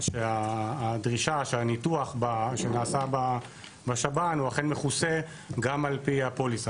שהדרישה שהניתוח שנעשה בשב"ן הוא אכן מכוסה גם על פי הפוליסה.